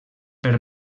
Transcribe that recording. per